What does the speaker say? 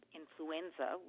influenza